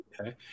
Okay